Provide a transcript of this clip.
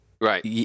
right